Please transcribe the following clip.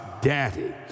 daddy